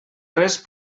res